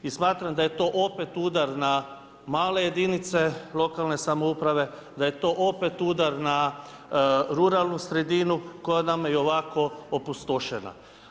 I smatram da je to opet udar na male jedinice lokalne samouprave, da je to opet udar na ruralnu sredinu, koja nam je i ovako opustošena.